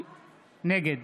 נגד